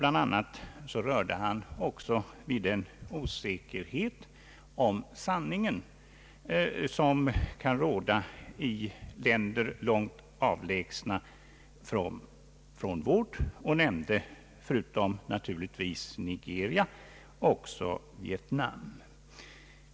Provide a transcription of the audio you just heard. Bland annat berörde han också den osäkerhet om sanningen som kan råda om händelser i länder långt avlägsna från vårt, och han nämnde förutom naturligtvis Nigeria också Vietnam.